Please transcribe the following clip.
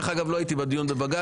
דרך אגב, אני לא הייתי בדיון בבג"ץ.